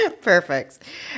Perfect